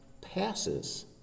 passes